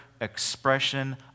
expression